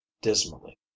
dismally